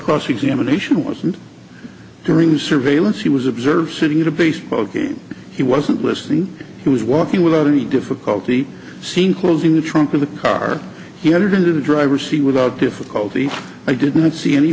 cross examination wasn't during surveillance he was observed sitting at a baseball game he wasn't listening he was walking without any difficulty seen closing the trunk of the car he entered into the driver's seat without difficulty i did not see any